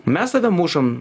mes save mušam